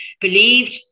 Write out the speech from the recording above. believed